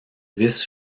vice